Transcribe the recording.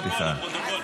סליחה.